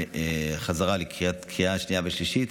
לזכור שרשום שם שצריך לתאם את זה בחזרה בקריאה השנייה והשלישית.